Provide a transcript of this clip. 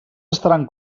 estaran